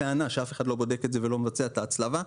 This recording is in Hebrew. שאף אחד לא בודק את זה ולא מבצע את ההצלבה.